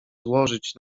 złożyć